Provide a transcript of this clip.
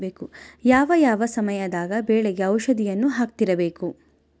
ಯಾವ ಯಾವ ಸಮಯದಾಗ ಬೆಳೆಗೆ ಔಷಧಿಯನ್ನು ಹಾಕ್ತಿರಬೇಕು?